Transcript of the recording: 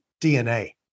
DNA